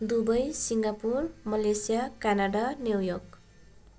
Dubai Singapore Malaysia Canada न्यु York